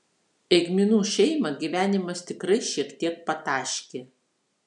eigminų šeimą gyvenimas tikrai šiek tiek pataškė